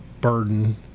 burden